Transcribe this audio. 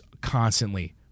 constantly